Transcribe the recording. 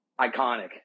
Iconic